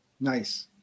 nice